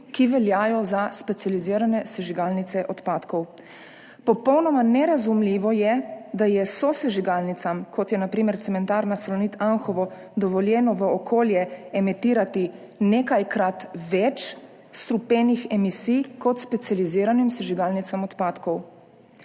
ki veljajo za specializirane sežigalnice odpadkov. Popolnoma nerazumljivo je, da je sosežigalnicam, kot je na primer cementarna Salonit Anhovo, dovoljeno v okolje emitirati nekajkrat več strupenih emisij kot specializiranim sežigalnicam odpadkov.